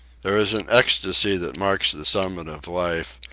there is an ecstasy that marks the summit of life,